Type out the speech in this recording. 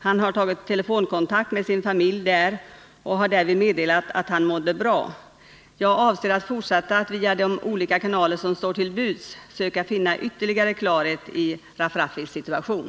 Han har tagit telefonkontakt med sin familj där och har därvid meddelat att han mådde bra. Jag avser att fortsätta att via de olika kanaler som står till buds söka finna ytterligare klarhet i Rafrafis situation.